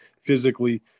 physically